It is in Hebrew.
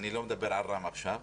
אני לא מדבר על רם עכשיו,